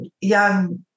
young